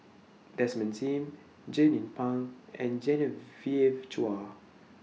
Desmond SIM Jernnine Pang and Genevieve Chua